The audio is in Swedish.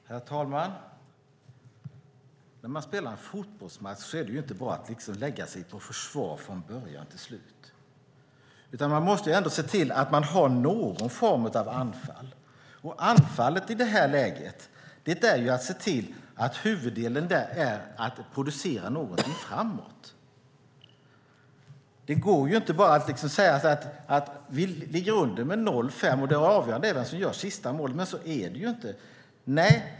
Herr talman! När man spelar en fotbollsmatch är det inte bara att lägga sig i försvar från början till slut. Man måste ändå se till att man har någon form av anfall. Och anfallet i detta läge är att se till att huvuddelen handlar om att producera någonting framåt. Det går inte bara att säga: Vi ligger under med 0-5, och det avgörande är vem som gör sista målet. Men så är det inte.